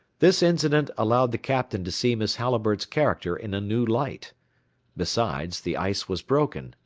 this incident allowed the captain to see miss halliburtt's character in a new light besides, the ice was broken,